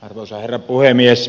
arvoisa herra puhemies